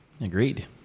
Agreed